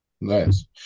Nice